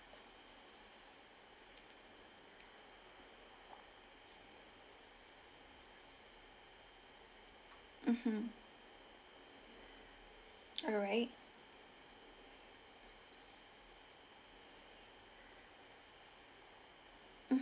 mmhmm alright